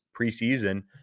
preseason